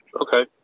Okay